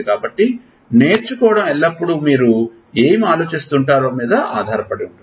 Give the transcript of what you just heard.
కాబట్టి నేర్చుకోవడం ఎల్లప్పుడూ మీరు ఏమి ఆలోచిస్తుంటారో మీద ఆధారపడి ఉంటుంది